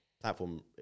platform